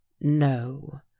no